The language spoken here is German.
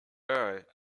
earl